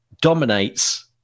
dominates